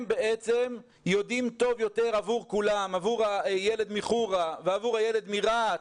הם יודעים טוב יותר מכולם: עבור הילד מחורה ועבור הילד מרהט.